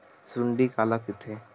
सुंडी काला कइथे?